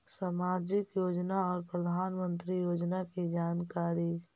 समाजिक योजना और प्रधानमंत्री योजना की जानकारी?